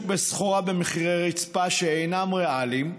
בסחורה במחירי רצפה שאינם ריאליים,